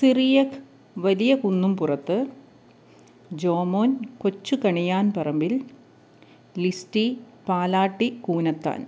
Cyriac Valiya Kunnumpurathu Jomon Kochu Kaniyan Parambil Listy Palatty Koonathan